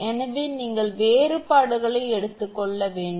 எனவே நீங்கள் வேறுபாடுகளை எடுத்துக் கொள்ள வேண்டும்